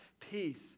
peace